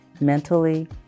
mentally